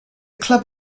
club